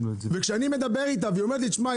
וכשאני מדבר איתה והיא אומרת לי שמע,